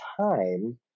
time